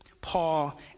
Paul